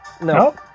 No